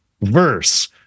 verse